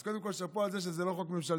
אז קודם כול שאפו על זה שזה לא חוק ממשלתי,